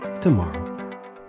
tomorrow